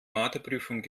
matheprüfung